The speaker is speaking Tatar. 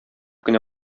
кенә